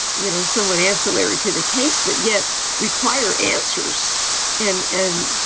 you know, somewhat ancillary to the case fit, yet require answers and and